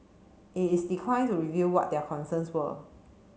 it is declined to reveal what their concerns were